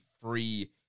free